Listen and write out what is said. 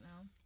now